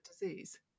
disease